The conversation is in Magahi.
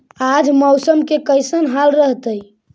आज मौसम के कैसन हाल रहतइ?